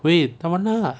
会当然啦